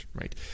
right